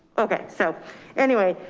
okay, so anyway,